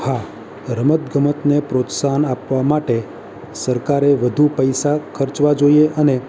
હા રમત ગમતને પ્રોત્સાહન આપવા માટે સરકારે વધુ પૈસા ખર્ચવા જોઈએ અને